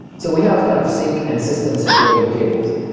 so we have kind of sink and system supporting tables.